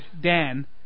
Dan